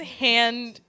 hand